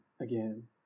again